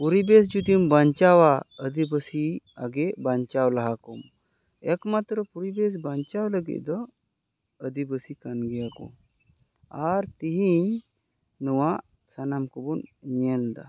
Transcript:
ᱯᱚᱨᱤᱵᱮᱥ ᱡᱩᱫᱤᱢ ᱵᱟᱧᱪᱟᱣᱟ ᱟᱹᱫᱤᱵᱟᱹᱥᱤ ᱟᱜᱮ ᱵᱟᱧᱪᱟᱣ ᱞᱟᱦᱟ ᱠᱚᱢ ᱮᱠᱢᱟᱛᱨᱚ ᱯᱚᱨᱤᱵᱮᱥ ᱵᱟᱧᱪᱟᱣ ᱞᱟᱹᱜᱤᱫ ᱫᱚ ᱟᱹᱫᱤᱵᱟᱹᱥᱤ ᱠᱟᱱ ᱜᱮᱭᱟ ᱠᱚ ᱟᱨ ᱛᱤᱦᱤᱧ ᱱᱚᱣᱟ ᱥᱟᱱᱟᱢ ᱠᱚᱵᱚᱱ ᱧᱮᱞ ᱮᱫᱟ